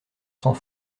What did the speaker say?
sans